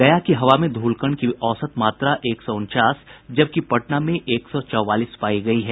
गया की हवा में धूलकण की औसत मात्रा एक सौ उनचास जबकि पटना में एक सौ चौवालीस पायी गयी है